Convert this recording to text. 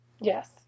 Yes